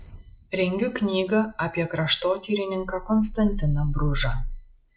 rengiu knygą apie kraštotyrininką konstantiną bružą